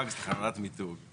תחמ"ג זה תחנת מיתוג.